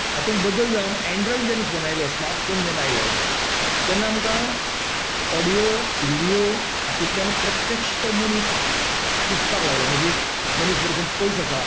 हातूंत बदल जावन एन्ड्रॉयड जेन्ना फोन आयलो स्मार्ट फोन जेन्ना आयलो तेन्ना आमकां ओडिओ विडिओ हातूंतल्यान प्रत्यक्ष तो मनीस दिसपाक लागलो म्हणजे मनीस जर खंय पयस आसा